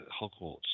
Hogwarts